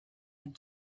had